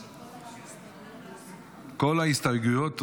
כל ההסתייגויות הוסרו.